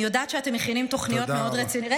אני יודעת שאתם מכינים תוכניות מאוד רציניות,